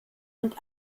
und